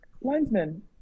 linesman